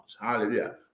Hallelujah